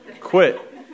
Quit